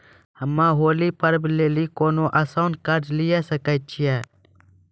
हम्मय होली पर्व लेली कोनो आसान कर्ज लिये सकय छियै?